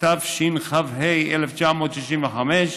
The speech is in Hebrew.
התשכ"ה 1965,